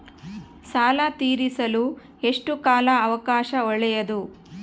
ಸಾಲ ತೇರಿಸಲು ಎಷ್ಟು ಕಾಲ ಅವಕಾಶ ಒಳ್ಳೆಯದು?